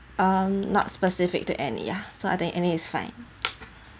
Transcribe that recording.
um not specific to any ya so I think any is fine